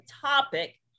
topic